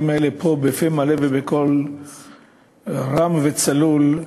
האלה פֹּה בפה מלא ובקול רם וצלול,